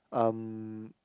um